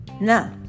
No